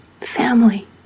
Family